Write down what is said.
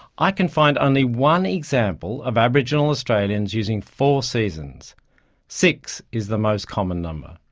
i can find only one example of aboriginal australians using four seasons six is the most common number.